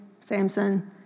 Samson